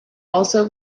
also